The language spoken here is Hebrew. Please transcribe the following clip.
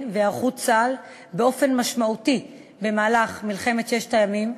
ולהיערכות צה"ל באופן משמעותי במהלך מלחמת ששת הימים,